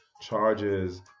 charges